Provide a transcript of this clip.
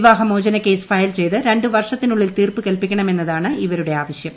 വിവാഹ മോചന case file ചെയ്ത് രണ്ടുവർഷത്തിനുള്ളിൽ തീർപ്പ് കൽപ്പിക്കണമെന്നതാണ് ഇവരുടെ ആവശ്യം